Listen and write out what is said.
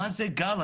מה זה גל?